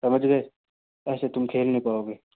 समझ गए ऐसे तुम खेल नहीं पाओगे